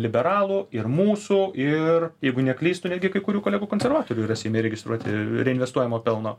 liberalų ir mūsų ir jeigu neklystu netgi kai kurių kolegų konservatorių yra seime registruoti reinvestuojamo pelno